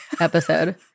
episode